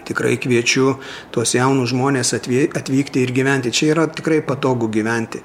tikrai kviečiu tuos jaunus žmones atvy atvykti ir gyventi čia yra tikrai patogu gyventi